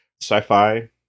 sci-fi